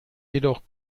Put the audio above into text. jedoch